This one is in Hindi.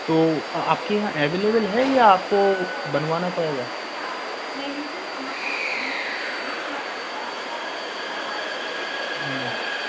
तो आपके यहाँ अवेलेबल है या आपको बनवाना पड़ेगा